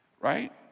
Right